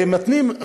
ומתנים,